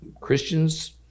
Christians